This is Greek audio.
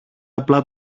απλά